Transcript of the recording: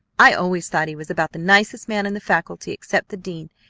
i always thought he was about the nicest man in the faculty except the dean,